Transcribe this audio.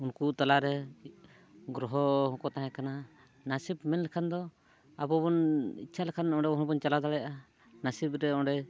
ᱩᱱᱠᱩ ᱛᱟᱞᱟᱨᱮ ᱜᱨᱚᱦᱚ ᱦᱚᱸᱠᱚ ᱛᱟᱦᱮᱸ ᱠᱟᱱᱟ ᱱᱟᱹᱥᱤᱵ ᱢᱮᱱ ᱞᱮᱠᱷᱟᱱ ᱫᱚ ᱟᱵᱚ ᱵᱚᱱ ᱤᱪᱪᱷᱟ ᱞᱮᱠᱷᱟᱱ ᱱᱚᱰᱮ ᱦᱚᱸᱵᱚᱱ ᱪᱟᱞᱟᱣ ᱫᱟᱲᱮᱭᱟᱜᱼᱟ ᱱᱟᱹᱥᱤᱵ ᱨᱮ ᱚᱸᱰᱮ